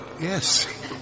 yes